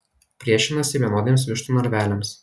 priešinasi vienodiems vištų narveliams